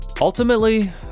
Ultimately